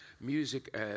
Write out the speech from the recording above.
Music